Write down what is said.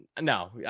No